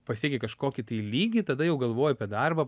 pasieki kažkokį tai lygį tada jau galvoji apie darbą